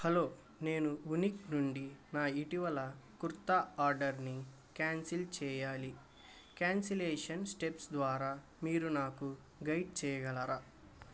hello నేను ఉనిక్ నుండి నా ఇటీవల కుర్తా ఆర్డర్ని క్యాన్సిల్ చేయాలి క్యాన్సిలేషన్ స్టెప్స్ ద్వారా మీరు నాకు గైడ్ చేయగలరా